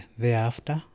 thereafter